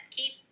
Keep